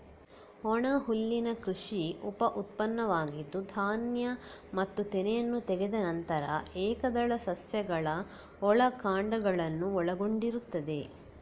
ಒಣಹುಲ್ಲಿನ ಕೃಷಿ ಉಪ ಉತ್ಪನ್ನವಾಗಿದ್ದು, ಧಾನ್ಯ ಮತ್ತು ತೆನೆಯನ್ನು ತೆಗೆದ ನಂತರ ಏಕದಳ ಸಸ್ಯಗಳ ಒಣ ಕಾಂಡಗಳನ್ನು ಒಳಗೊಂಡಿರುತ್ತದೆ